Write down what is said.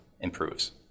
improves